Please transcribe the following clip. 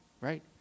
Right